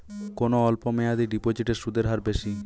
কোন অল্প মেয়াদি ডিপোজিটের সুদের হার বেশি?